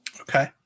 Okay